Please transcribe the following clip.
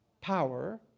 power